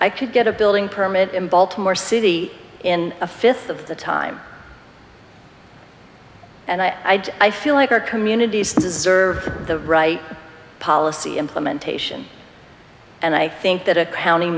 i could get a building permit in baltimore city in a fifth of the time and i i feel like our communities deserve the right policy implementation and i think that accounting